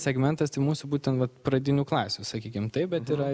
segmentas tai mūsų būtent vat pradinių klasių sakykim taip bet yra